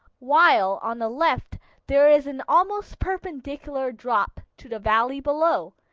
while on the left there is an almost perpendicular drop to the valley below.